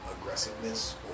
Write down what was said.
aggressiveness